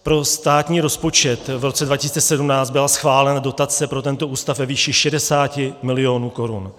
Pro státní rozpočet v roce 2017 byla schválena dotace pro tento ústav ve výši 60 milionů korun.